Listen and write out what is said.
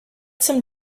some